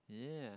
yeah